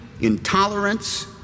intolerance